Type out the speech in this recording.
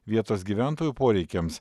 vietos gyventojų poreikiams